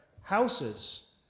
houses